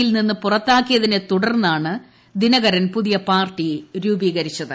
യിൽ നിന്ന് പുറത്താക്കിയതിനെ തുടർന്നാണ് ദിനകരൻ പുതിയ പാർട്ടി രൂപീകരിച്ചത്